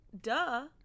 duh